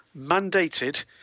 mandated